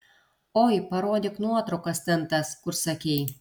oi parodyk nuotraukas ten tas kur sakei